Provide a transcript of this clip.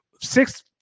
Six